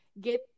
get